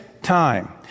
Time